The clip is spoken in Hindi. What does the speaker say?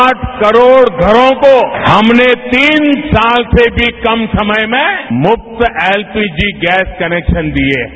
आठ करोड़ घरों को हमने तीन साल से भी कम समय में मुफ्त एलपीजी गैस कनेक्शन दिए हैं